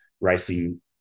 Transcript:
racing